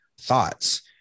thoughts